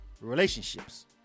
relationships